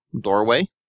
doorway